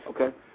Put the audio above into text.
Okay